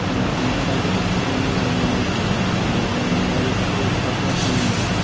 അന്നത്തെ കാലത്ത് ടച്ച് ഫോണും കാര്യങ്ങളൊന്നും ഉണ്ടായിരുന്നില്ല ഒരു നാല് പത്ത് പത്ത് വർഷം മുമ്പൊക്കെ